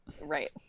Right